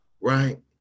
Right